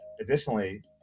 Additionally